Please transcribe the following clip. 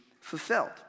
fulfilled